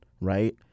right